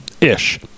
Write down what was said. ish